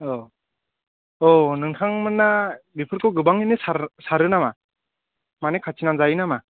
औ औ नोंथांमोना बेफोरखौथ' गोबाङैनो सारो नामा माने खाथिना जायो नामा